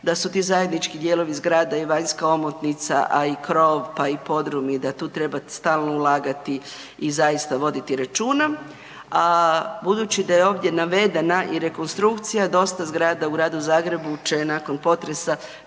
da su ti zajednički dijelovi zgrada i vanjska omotnica, a i krov, pa i podrum i da tu treba stalno ulagati i zaista voditi računa. A budući da je ovdje navedena i rekonstrukcija, dosta zgrada u Gradu Zagrebu će nakon potresa